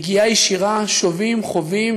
נגיעה ישירה: חווים,